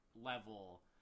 level